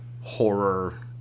horror